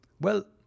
Well